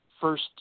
first